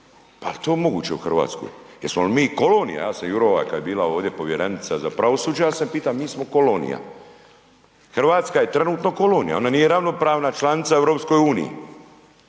Pa je li to moguće u Hrvatskoj? Jesmo li mi kolonija? Ja sam .../Govornik se ne razumije./... kad je bila povjerenica za pravosuđe, ja sam pitao mi smo kolonija. Hrvatska je trenutno kolonija, ona nije ravnopravna članica EU. Pitao